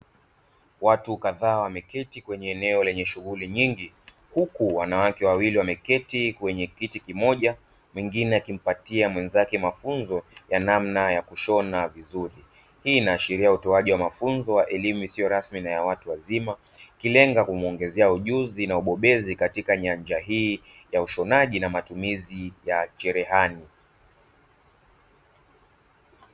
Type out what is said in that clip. Watu kadhaa wameketi kwenye eneo lenye shughuli nyingi huku wanawake wawili wameketi kwenye kiti kimoja, mwingine akimpatia mwenzake mafunzo ya namna ya kushona vizuri. Hii inaashiria utoaji wa mafunzo ya elimu isiyo rasmi na ya watu wazima, ikilenga kumuongezea ujuzi na ubobezi katika nyanja hii ya ushonaji na matumizi ya cherehani.